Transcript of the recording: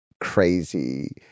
crazy